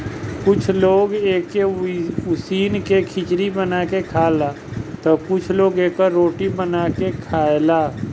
कुछ लोग एके उसिन के खिचड़ी बना के खाला तअ कुछ लोग एकर रोटी बना के खाएला